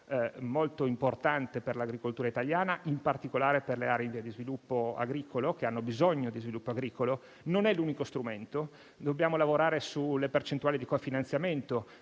molto importante per l'agricoltura italiana, in particolare per le aree in via di sviluppo agricolo, che hanno bisogno di sviluppo agricolo, ma non è l'unico strumento. Dobbiamo lavorare sulle percentuali di cofinanziamento,